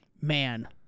Man